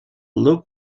look